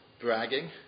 bragging